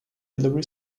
hilary